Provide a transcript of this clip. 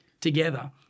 together